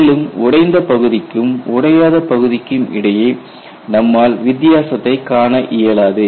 மேலும் உடைந்த பகுதிக்கும் உடையாத பகுதிக்கும் இடையே நம்மால் வித்தியாசத்தை காண இயலாது